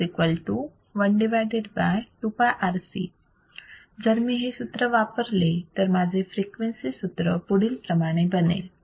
fc 1 2 π जर मी हे सूत्र वापरले तर माझे फ्रिक्वेन्सी सूत्र पुढील प्रमाणे बनेल